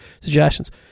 Suggestions